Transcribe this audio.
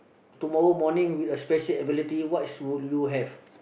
tomorrow morning with a special ability what should you have